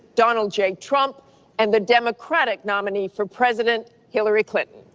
donald j. trump and the democratic nominee for president, hillary clinton.